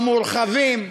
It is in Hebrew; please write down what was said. המורחבים,